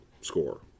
score